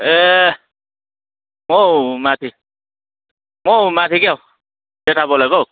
ए म हौ माथि म हौ माथि क्या हो जेठा बोलेको हौ